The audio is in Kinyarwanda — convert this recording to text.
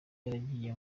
yagiye